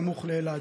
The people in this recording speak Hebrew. סמוך לאלעד,